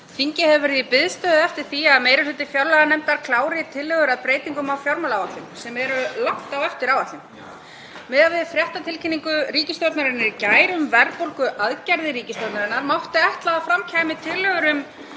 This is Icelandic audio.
Þingið hefur verið í biðstöðu eftir því að meiri hluti fjárlaganefndar klári tillögur að breytingum á fjármálaáætlun sem er langt á eftir áætlun. Miðað við fréttatilkynningu ríkisstjórnarinnar í gær um verðbólguaðgerðir ríkisstjórnarinnar mátti ætla að fram kæmu tillögur um